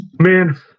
man